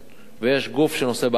ויש גוף שנושא באחריות.